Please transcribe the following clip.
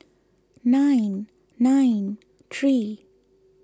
nine nine three